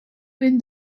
when